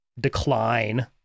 decline